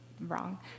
Wrong